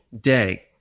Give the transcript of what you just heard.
day